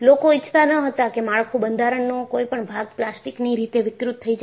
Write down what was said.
લોકો ઇચ્છતા ન હતા કે માળખું બંધારણનો કોઈપણ ભાગ પ્લાસ્ટિકની રીતે વિકૃત થઈ જાય